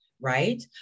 right